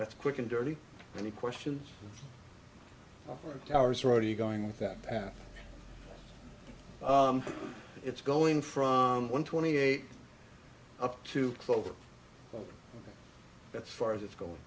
that's quick and dirty any questions from towers are already going with that path it's going from one twenty eight up to clover that's far as it's go